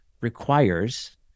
requires